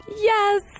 Yes